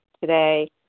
today